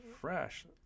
fresh